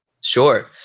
Sure